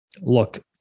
look